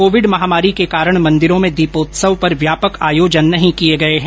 Covid महामारी के कारण मन्दिरों में दीपोत्सव पर व्यापक आयोजन नहीं किये गये हैं